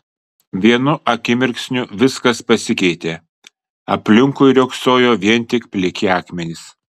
vienu akimirksniu viskas pasikeitė aplinkui riogsojo vien tik pliki akmenys